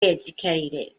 educated